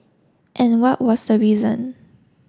and what was the reason